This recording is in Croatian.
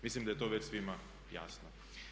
Mislim da je to već svima jasno.